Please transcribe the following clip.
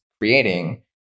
creating